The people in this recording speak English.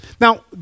now